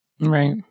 Right